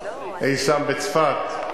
אי-שם בצפת,